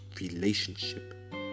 relationship